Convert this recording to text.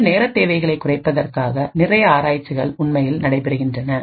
இந்த நேரத் தேவைகளைக் குறைப்பதற்காக நிறைய ஆராய்ச்சிகள் உண்மையில் நடைபெறுகின்றன